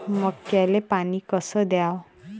मक्याले पानी कस द्याव?